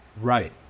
right